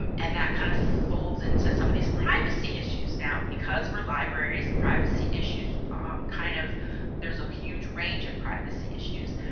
um and that kind of folds into some of these privacy issues. now because we're libraries, privacy issues um kind of there's a huge range of privacy issues.